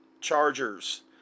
chargers